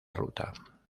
ruta